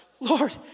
Lord